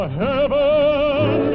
heaven